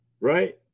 Right